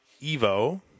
Evo